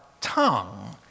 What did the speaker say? tongue